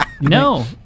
no